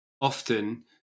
Often